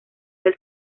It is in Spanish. del